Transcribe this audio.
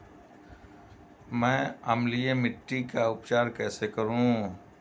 मैं अम्लीय मिट्टी का उपचार कैसे करूं?